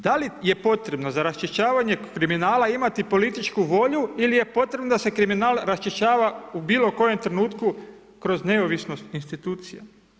Da li je potrebno za raščišćavanje kriminala imati političku volju ili je potrebno da se kriminal raščišćava u bilo kojem trenutku kroz neovisnost institucija?